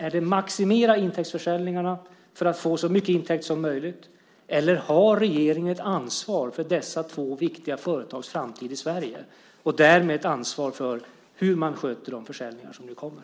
Är det maximering av intäktsförsäljningarna för att få så stora intäkter som möjligt? Eller har regeringen ett ansvar för dessa två viktiga företags framtid i Sverige och därmed ett ansvar för hur man sköter de försäljningar som nu kommer?